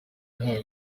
yahawe